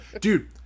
Dude